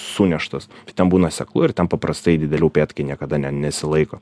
suneštas ten būna seklu ir ten paprastai dideli upėtakiai niekada ne nesilaiko